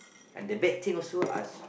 and the bad thing also I